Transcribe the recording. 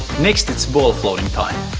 next it's ball floating time.